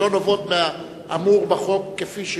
שלא נובעות מהאמור בחוק כפי שהוא.